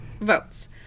votes